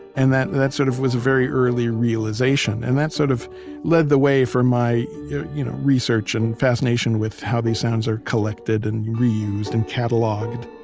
and that that sort of was a very early realization. and that sort of lead the way for my yeah you know research and and fascination with how these sounds are collected, and reused, and cataloged